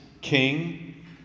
King